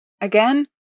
again